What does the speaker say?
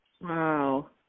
Wow